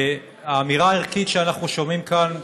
האמירה הערכית שאנחנו שומעים כאן,